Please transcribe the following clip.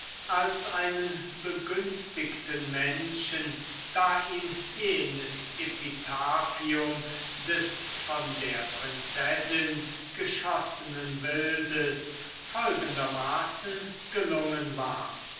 als einen begünstigten menschen da ihm jenes epitaphium des von der prinzessin geschossenen wildes folgendermaßen gelungen war